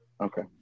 Okay